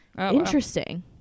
interesting